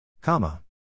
Comma